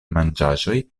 manĝaĵoj